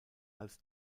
als